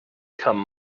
come